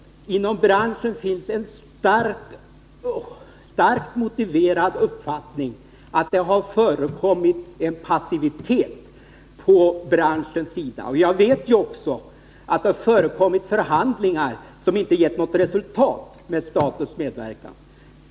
Inom branschen finns nämligen en starkt motiverad uppfattning hos de anställda att det har förekommit passivitet även från branschens egen sida. Jag vet också att det har förekommit förhandlingar med statens medverkan, som inte har gett något resultat.